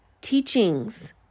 teachings